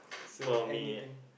so anything